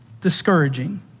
discouraging